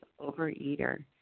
overeater